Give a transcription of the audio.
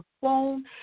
phone